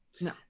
No